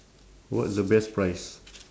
what's the best prize